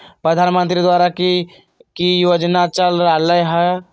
प्रधानमंत्री द्वारा की की योजना चल रहलई ह?